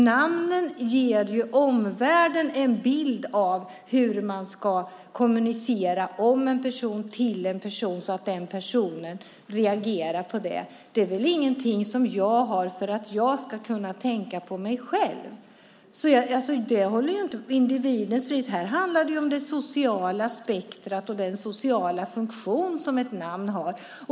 Namnen ger omvärlden en bild av hur man ska kommunicera om en person och till en person så att den personen reagerar på det. Det är väl ingenting som jag har för att jag ska kunna tänka på mig själv. Det har ingenting med individens frihet att göra. Här handlar det om det sociala spektrumet och den sociala funktion som ett namn har.